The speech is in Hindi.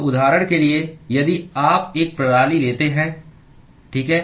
तो उदाहरण के लिए यदि आप एक प्रणाली लेते हैं ठीक है